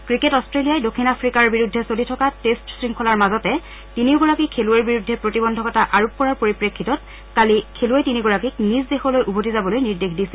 cricket অট্টেলিয়াই দক্ষিণ আফ্ৰিকাৰ বিৰুদ্ধে চলি থকা টেট্ট শৃংখলাৰ মাজতে তিনিওগৰাকী খেলুৱৈৰ বিৰুদ্ধে প্ৰতিবন্ধকতা আৰোপ কৰাৰ পৰিপ্ৰেক্ষিতত কালি খেলুৱৈ তিনিগৰাকীক নিজ দেশলৈ উভতি যাবলৈ নিৰ্দেশ দিছে